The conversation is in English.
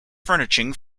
furniture